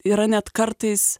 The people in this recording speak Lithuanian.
yra net kartais